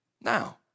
Now